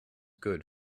good